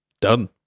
Done